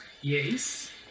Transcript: Yes